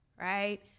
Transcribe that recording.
right